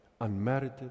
unmerited